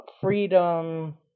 freedom